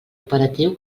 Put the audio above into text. operatiu